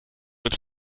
mit